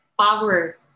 power